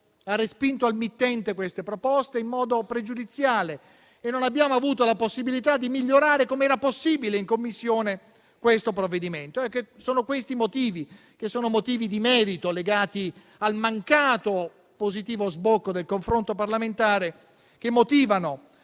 ha respinto al mittente queste proposte in modo pregiudiziale. Non abbiamo quindi avuto la possibilità di migliorare, come era possibile in Commissione, questo provvedimento. Questi motivi, che sono motivi di merito, legati al mancato positivo sbocco del confronto parlamentare, motivano